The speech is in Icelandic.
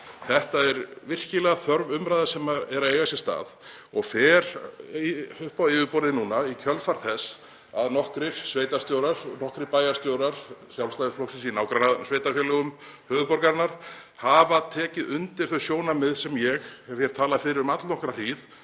Þetta er virkilega þörf umræða sem á sér nú stað og fer upp á yfirborðið núna í kjölfar þess að nokkrir sveitarstjórar, nokkrir bæjarstjórar Sjálfstæðisflokksins í nágrannasveitarfélögum höfuðborgarinnar hafa tekið undir þau sjónarmið sem ég hef hér talað fyrir um allnokkra hríð